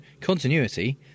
continuity